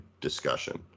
discussion